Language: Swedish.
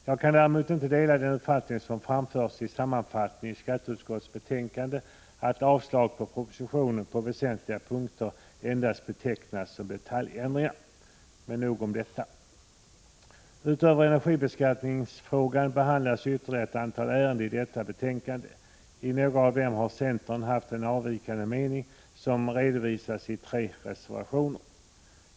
Jag kan däremot inte dela den uppfattning som framförs i sammanfattningen i skatteutskottets betänkande, där förslag på väsentliga punkter i propositionen betecknas endast som detaljändringar. Men nog om detta. Utöver energibeskattningsfrågan behandlas ytterligare ett antal ärenden i detta betänkande. I några av dem har centern haft en avvikande mening, som redovisas i tre reservationer.